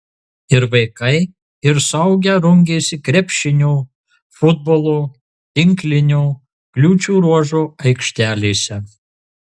ir vaikai ir suaugę rungėsi krepšinio futbolo tinklinio kliūčių ruožo aikštelėse